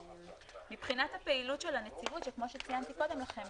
מבחינת הפעילות של הנציבות שכמו שציינתי קודם לכן,